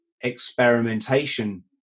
experimentation